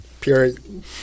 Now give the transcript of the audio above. period